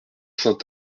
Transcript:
saint